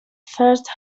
first